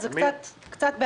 זה קצת בעייתי.